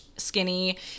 skinny